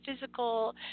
physical